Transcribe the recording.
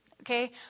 okay